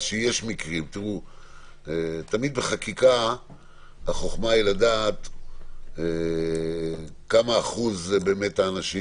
תמיד בחקיקה החוכמה היא לדעת מהו אחוז האנשים